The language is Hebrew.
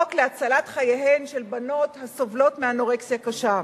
החוק להצלת חייהן של בנות הסובלות מאנורקסיה קשה.